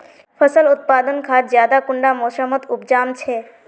फसल उत्पादन खाद ज्यादा कुंडा मोसमोत उपजाम छै?